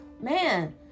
man